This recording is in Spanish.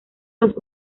los